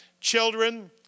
children